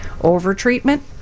over-treatment